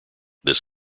this